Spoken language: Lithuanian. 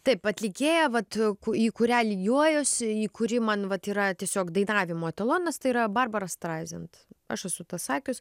taip atlikėja vat ku į kurią lygiuojuosi į kuri man vat yra tiesiog dainavimo etalonas tai yra barbara straizent aš esu tą sakius